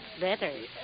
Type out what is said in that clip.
better